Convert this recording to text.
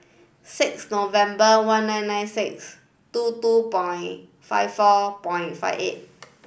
six November one nine nine six two two point five four point five eight